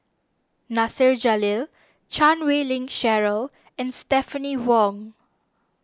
Nasir Jalil Chan Wei Ling Cheryl and Stephanie Wong